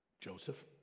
Joseph